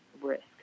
risk